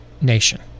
nation